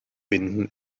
binden